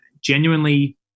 genuinely